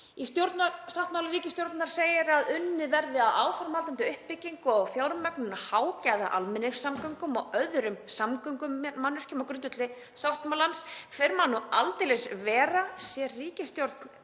Í stjórnarsáttmála ríkisstjórnarinnar segir að unnið verði að áframhaldandi uppbyggingu og fjármögnun á hágæðaalmenningssamgöngum og öðrum samgöngumannvirkjum á grundvelli sáttmálans. Fyrr má nú aldeilis vera. Sér ríkisstjórn